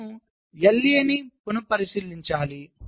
మనము LA ని పున పరిశీలించాలి